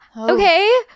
Okay